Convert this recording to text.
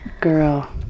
girl